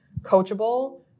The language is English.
coachable